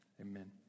amen